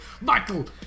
Michael